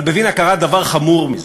אבל בווינה קרה דבר חמור מזה,